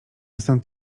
stąd